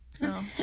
no